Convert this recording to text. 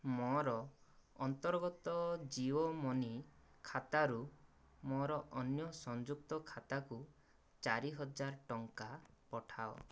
ମୋ'ର ଅନ୍ତର୍ଗତ ଜିଓ ମନି ଖାତାରୁ ମୋ'ର ଅନ୍ୟ ସଂଯୁକ୍ତ ଖାତାକୁ ଚାରି ହଜାର ଟଙ୍କା ପଠାଅ